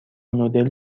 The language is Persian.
نودل